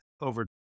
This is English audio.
over